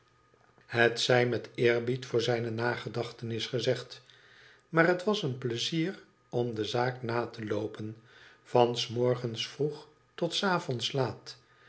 het zij met eerbied voor zijne nagedachtenis gezegd maar het was een pleizier om de zaak na te loopen van s morgens vroeg tot s avonds laat